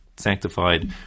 sanctified